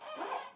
what